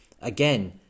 again